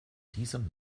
diesem